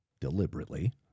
deliberately